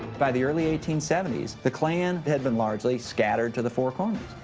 by the early eighteen seventy s the klan had been largely scattered to the four corners.